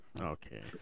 Okay